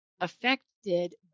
affected